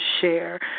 share